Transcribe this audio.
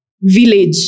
village